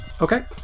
Okay